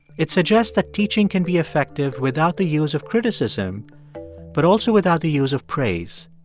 it suggests that teaching can be effective without the use of criticism but also without the use of praise.